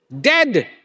dead